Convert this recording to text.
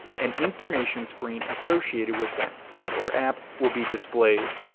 an information screen associated with that site or app will be displayed.